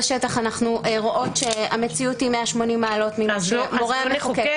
בשטח אנחנו רואים שהמציאות היא 180 מעלות ממה שמורה המחוקק.